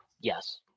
Yes